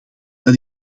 dat